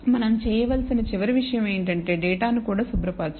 మనం చేయవలసిన చివరి విషయం ఏమిటంటే డేటాను కూడా శుభ్రపరచడం